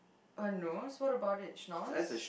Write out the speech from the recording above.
uh no what about it snores